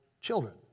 children